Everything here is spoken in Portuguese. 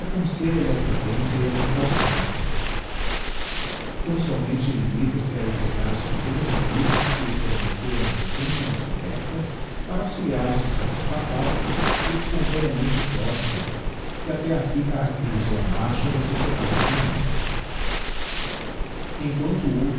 aconselha lhe a prudência e a precaução tão somente limita se a empregar os pequenos recursos que lhe forneceu uma recente descoberta para auxiliar o successo fatal e espontaneamente prospero que até aqui caracterisou a marcha das sociedades humanas emquanto outros